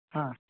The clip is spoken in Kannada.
ಹಾಂ